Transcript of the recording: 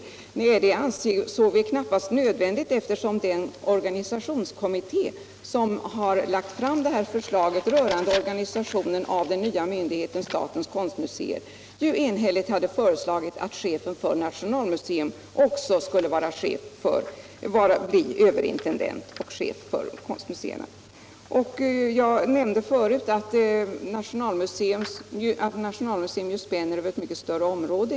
Vi ansåg att det inte var nödvändigt med någon längre motivering, eftersom den organisationskommitté som lagt fram förslaget rörande organisationen av myndigheten statens konstmuseer enhälligt föreslagit att chefen för nationalmuseum också skulle bli överintendent och chef för konstmuseerna. | Jag nämnde förut att nationalmuseum spänner över ett mycket större område.